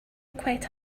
quite